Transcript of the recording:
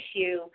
issue